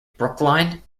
brookline